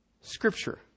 Scripture